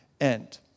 end